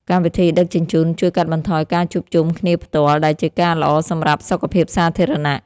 កម្មវិធីដឹកជញ្ជូនជួយកាត់បន្ថយការជួបជុំគ្នាផ្ទាល់ ដែលជាការល្អសម្រាប់សុខភាពសាធារណៈ។